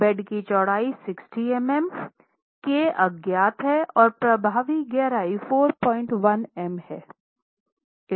bed की चौड़ाई 60 मिमी k अज्ञात है और प्रभावी गहराई 41m है